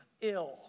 ill